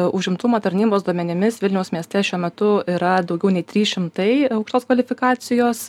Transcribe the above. užimtumo tarnybos duomenimis vilniaus mieste šiuo metu yra daugiau nei trys šimtai aukštos kvalifikacijos